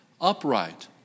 upright